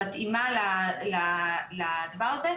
מתאימה לדבר הזה.